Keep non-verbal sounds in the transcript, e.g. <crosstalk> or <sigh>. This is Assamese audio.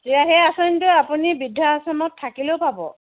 <unintelligible> আপুনি বৃদ্ধাশ্ৰমত থাকিলেও পাব